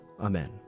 Amen